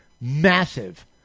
massive